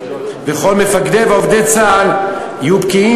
וכל מפקדי ועובדי צה"ל יהיו בקיאים